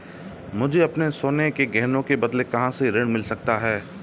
मुझे अपने सोने के गहनों के बदले कहां से ऋण मिल सकता है?